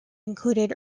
included